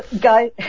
guys